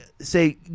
say